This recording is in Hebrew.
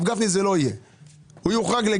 שאחרי הדיון הזה הם יחשבו שצריך להשאיר את